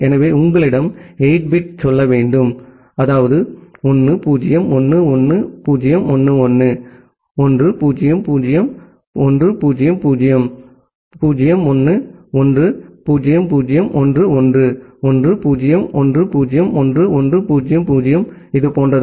எனவே உங்களிடம் 8 பிட் சொல்ல வேண்டும் 1 0 1 1 1 0 1 1 1 0 0 0 1 0 0 0 1 1 0 0 1 1 1 0 1 0 1 1 0 0 இது போன்றது